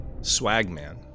Swagman